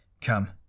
Come